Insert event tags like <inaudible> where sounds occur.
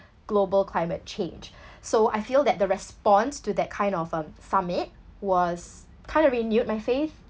global climate change <breath> so I feel that the response to that kind of um summit was kind of renewed my faith